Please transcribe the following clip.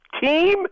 team